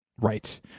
right